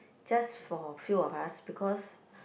just for few of us because